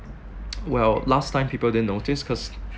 well last time people didn't notice cause